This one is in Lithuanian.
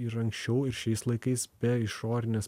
ir anksčiau ir šiais laikais be išorinės